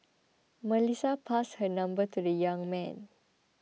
Melissa passed her number to the young man